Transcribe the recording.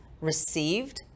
received